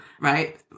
right